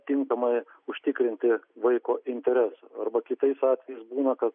tinkamai užtikrinti vaiko interesą arba kitais atvejais būna kad